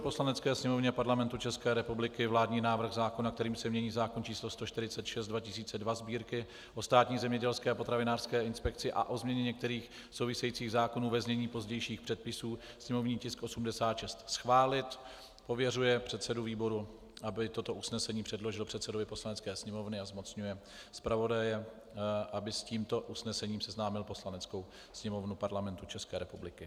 Poslanecké sněmovně Parlamentu České republiky vládní návrh zákona, kterým se mění zákon č. 146/2002 Sb., o Státní zemědělské a potravinářské inspekci a o změně některých souvisejících zákonů, ve znění pozdějších předpisů, sněmovní tisk 86, schválit, a pověřuje předsedu výboru, aby toto usnesení předložil předsedovi Poslanecké sněmovny, a zmocňuje zpravodaje, aby s tímto usnesením seznámil Poslaneckou sněmovnu Parlamentu České republiky.